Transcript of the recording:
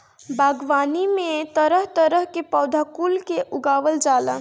बागवानी में तरह तरह के पौधा कुल के उगावल जाला